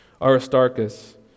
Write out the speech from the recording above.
Aristarchus